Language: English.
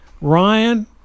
Ryan